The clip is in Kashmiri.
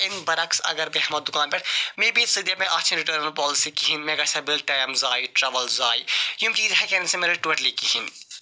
اَمہِ بَرعکس اگر بہٕ ہیٚمہا دُکان پٮ۪ٹھ مے بی سُہ دَپہِ مےٚ اَتھ چھنہٕ رِٹٲرٕن پالسی کِہیٖنۍ مےٚ گَژھِ ہہَ بٔلۍ ٹایم زایہِ ٹرٛیوٕل زایہِ یِم چیٖز ہیٚکہِ ہَنہٕ سُہ مےٚ رٔٹِتھ ٹوٹلی کِہیٖنۍ